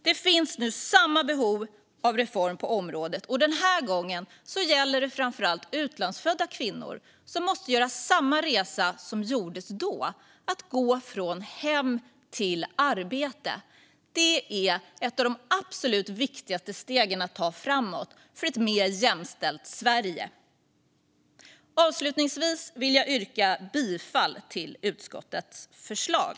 Det finns nu samma behov av reform på området. Den här gången gäller det framför allt utlandsfödda kvinnor, som måste göra samma resa som gjordes då, nämligen gå från hem till arbete. Det är ett av de absolut viktigaste stegen att ta framåt för ett mer jämställt Sverige. Avslutningsvis vill jag yrka bifall till utskottets förslag.